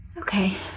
Okay